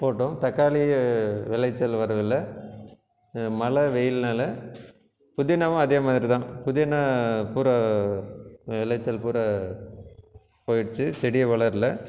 போட்டோம் தக்காளி விளைச்சல் வரதில்லை மழை வெயில்னால் புதினாவும் அதேமாதிரி தான் புதினா பூரா விளைச்சல் பூரா போயிடுச்சு செடியும் வளரலை